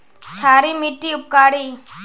क्षारी मिट्टी उपकारी?